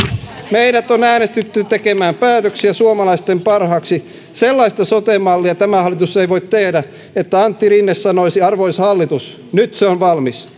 meidät on äänestetty tekemään päätöksiä suomalaisten parhaaksi sellaista sote mallia tämä hallitus ei voi tehdä että antti rinne sanoisi arvoisa hallitus nyt se on valmis